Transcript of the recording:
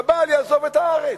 שהבעל יעזוב את הארץ.